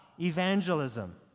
evangelism